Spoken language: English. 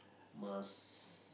must